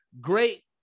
great